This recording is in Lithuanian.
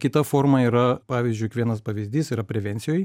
kita forma yra pavyzdžiui vienas pavyzdys yra prevencijoj